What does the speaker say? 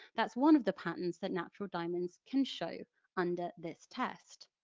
that's one of the patterns that natural diamonds can show under this test.